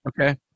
Okay